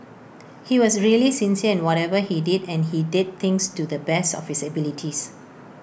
he was really sincere in whatever he did and he did things to the best of his abilities